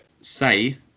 say